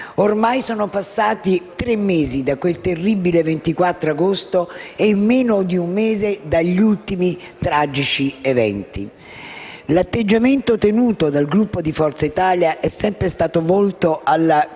Ormai sono passati tre mesi da quel terribile 24 agosto e meno di un mese dagli ultimi tragici eventi. L'atteggiamento tenuto dal Gruppo di Forza Italia è stato sempre volto alla